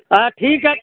हाँ ठीक है